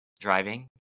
driving